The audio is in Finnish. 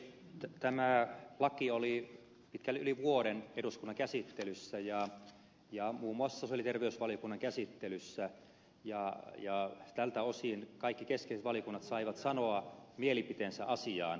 tämä laki oli pitkälle yli vuoden eduskunnan käsittelyssä ja muun muassa sosiaali ja terveysvaliokunnan käsittelyssä ja tältä osin kaikki keskeiset valiokunnat saivat sanoa mielipiteensä asiaan